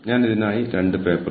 അതിനാൽ ഇതാണ് ഗെർപോട്ടിന്റെ പേപ്പർ